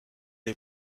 est